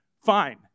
fine